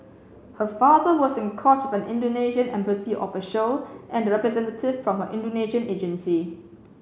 her father was in court with an Indonesian embassy official and a representative from her Indonesian agency